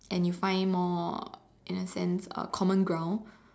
and you find more in a sense uh common ground